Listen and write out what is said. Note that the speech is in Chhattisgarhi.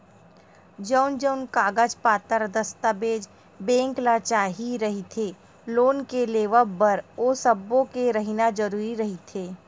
जउन जउन कागज पतर दस्ताबेज बेंक ल चाही रहिथे लोन के लेवब बर ओ सब्बो के रहिना जरुरी रहिथे